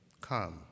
Come